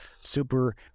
super